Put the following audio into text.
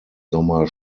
sommer